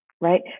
right